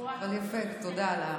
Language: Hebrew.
אבל יפה, תודה.